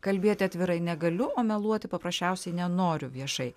kalbėti atvirai negaliu o meluoti paprasčiausiai nenoriu viešai